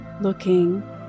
Looking